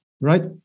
right